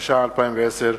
התש"ע 2010,